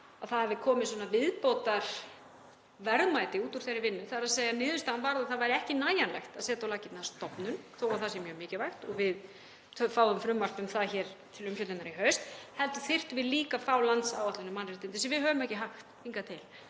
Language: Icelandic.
að það hafi komið viðbótarverðmæti út úr þeirri vinnu, þ.e. niðurstaðan varð að það væri ekki nægjanlegt að setja á laggirnar stofnun, þó að það sé mjög mikilvægt og við fáum frumvarp um það hér til umfjöllunar í haust, heldur þyrftum við líka að fá landsáætlun um mannréttindi sem við höfum ekki haft hingað til.